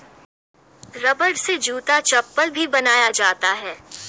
रबड़ से जूता चप्पल भी बनाया जाता है